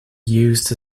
used